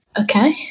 okay